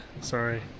sorry